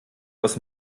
aus